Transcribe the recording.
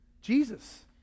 Jesus